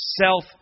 self